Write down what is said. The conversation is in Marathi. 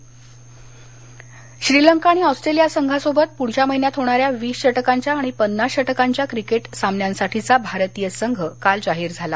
क्रिकेट संघ श्रीलंका आणि ऑस्ट्रेलिया संघांसोबत पृढील महिन्यात होणाऱ्या वीस षटकांच्या आणि पन्नास षटकांच्या क्रिकेट सामन्यांसाठीचा भारतीय संघ काल जाहीर झाला